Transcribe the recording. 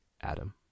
Adam